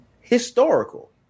historical